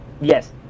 Yes